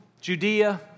Judea